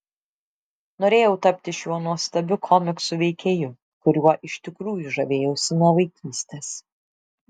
norėjau tapti šiuo nuostabiu komiksų veikėju kuriuo iš tikrųjų žavėjausi nuo vaikystės